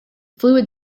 fluid